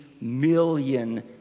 million